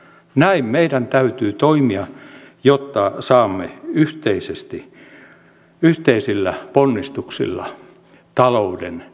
näin meidän täytyy toimia jotta saamme yhteisesti yhteisillä ponnistuksilla talouden elpymään